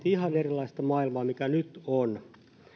ihan erilaista maailmaa mikä nyt on